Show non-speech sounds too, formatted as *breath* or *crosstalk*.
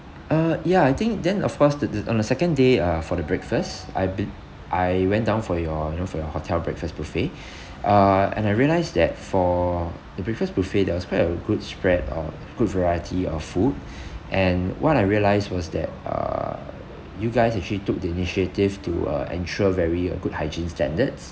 uh ya I think then of course the the on the second day uh for the breakfast I be~ I went down for your you know for your hotel breakfast buffet *breath* uh and I realise that for the breakfast buffet there was quite a good spread of good variety of food *breath* and what I realised was that uh you guys actually took the initiative to uh ensure very uh good hygiene standards